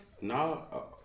No